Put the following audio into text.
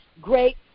great